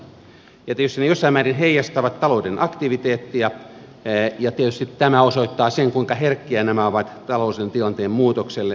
tietysti ne jossain määrin heijastavat talouden aktiviteettia ja tietysti tämä osoittaa sen kuinka herkkiä nämä verot ovat taloudellisen tilanteen muutokselle